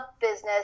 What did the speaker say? business